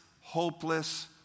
hopeless